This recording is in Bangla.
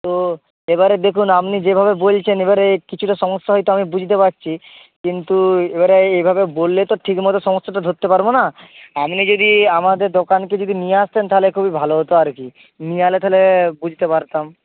তো এবারে দেখুন আমনি যেভাবে বলছেন এবারে কিছুটা সমস্যা হয়তো আমি বুঝতে পারছি কিন্তু এবারে এভাবে বললে তো ঠিক মতো সমস্যাটা ধরতে পারবো না আমনি যদি আমাদের দোকানকে যদি নিয়ে আসতেন তাহলে খুবই ভালো হতো আর কি নিয়ে আসে তাহলে বুঝতে পারতাম